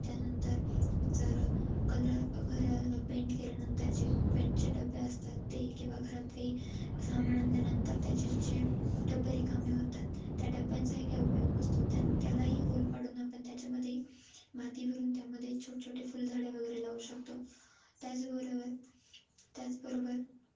त्यानंतर जर कलर घराला पेंट केल्यानंतर जे पेंटचे डब्बे असतात ते किंवा घरात काही सामान आणल्यानंतर त्याचे जे डब्बे रिकामे होतात त्या डब्ब्यांचाही काय उपयोग नसतो त्यान त्यालाही होल पाडून आपण त्याच्यामध्येही माती भरून त्यामध्ये छोट छोटे फुलझाडे वगैरे लावू शकतो त्याचबरोबर त्याचबरोबर